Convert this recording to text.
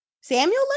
Samuel